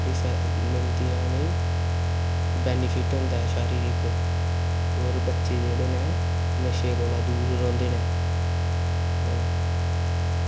dish मिलदियां न benefit होंदा ऐ शारीरिक होर बच्चे जेह्ड़े न नशे कोला दूर रौंह्दे न